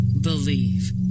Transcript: believe